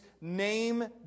name